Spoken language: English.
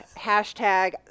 hashtag